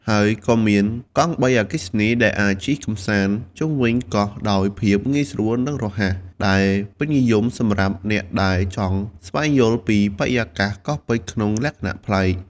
ហើយក៏មានកង់បីអគ្គិសនី ដែលអាចជិះកម្សាន្តជុំវិញកោះដោយភាពងាយស្រួល និងរហ័ស ដែលពេញនិយមសម្រាប់អ្នកដែលចង់ស្វែងយល់ពីបរិយាកាសកោះពេជ្រក្នុងលក្ខណៈប្លែក។